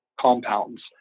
compounds